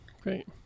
great